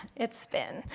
it's spin.